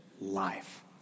life